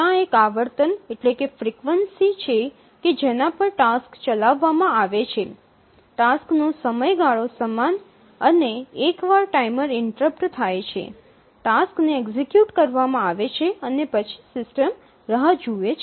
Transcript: ત્યાં એક જ આવર્તન છે કે જેના પર ટાસક્સ ચલાવવામાં આવે છે ટાસક્સ નો સમયગાળો સમાન અને એકવાર ટાઇમર ઇન્ટરપ્ટ થાય છે ટાસ્ક ને એક્સેક્યૂટ કરવામાં આવે છે અને પછી સિસ્ટમ રાહ જુએ છે